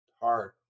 Hard